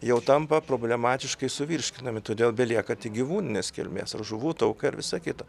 jau tampa problematiškai suvirškinami todėl belieka tik gyvūninės kilmės ar žuvų taukai ar visa kita